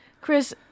Chris